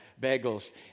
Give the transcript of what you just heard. bagels